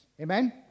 Amen